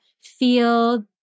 feel